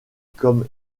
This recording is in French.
comme